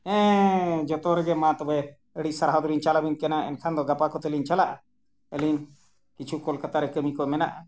ᱦᱮᱸ ᱡᱚᱛᱚ ᱨᱮᱜᱮ ᱢᱟ ᱛᱚᱵᱮ ᱟᱹᱰᱤ ᱥᱟᱨᱦᱟᱣ ᱫᱚᱞᱤᱧ ᱪᱟᱞᱟᱵᱮᱱ ᱠᱟᱱᱟ ᱮᱱᱠᱷᱟᱱ ᱫᱚ ᱜᱟᱯᱟ ᱠᱚᱛᱮᱞᱤᱧ ᱪᱟᱞᱟᱜᱼᱟ ᱟᱹᱞᱤᱧ ᱠᱤᱪᱷᱩ ᱠᱳᱞᱠᱟᱛᱟᱨᱮ ᱠᱟᱹᱢᱤ ᱠᱚ ᱢᱮᱱᱟᱜᱼᱟ